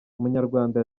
umunyarwanda